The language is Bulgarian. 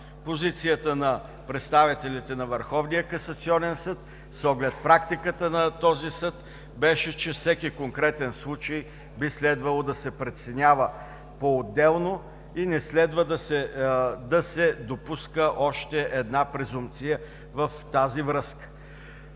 Позицията на представителите на Върховния касационен съд, с оглед практиката на този съд, беше, че всеки конкретен случай би следвало да се преценява поотделно и не следва да се допуска още една презумпция в тази връзка.